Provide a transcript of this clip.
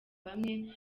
bamwe